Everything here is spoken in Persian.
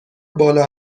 بالا